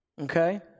Okay